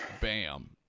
bam